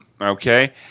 Okay